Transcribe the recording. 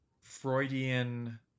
Freudian